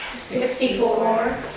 Sixty-four